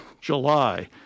July